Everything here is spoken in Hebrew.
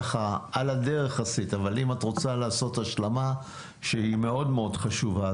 ככה על הדרך עשית אבל אם את רוצה לעשות השלמה שהיא מאוד מאוד חשובה,